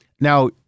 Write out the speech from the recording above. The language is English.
Now